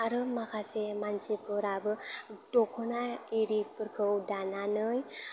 आरो माखासे मानसिफोराबो दख'ना आरिफोरखौ दानानै